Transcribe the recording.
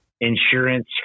insurance